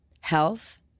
health